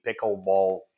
pickleball